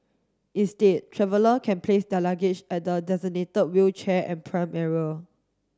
instead traveller can place their luggage at the designated wheelchair and pram area